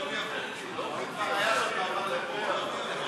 אדוני היושב-ראש,